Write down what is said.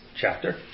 chapter